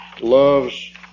loves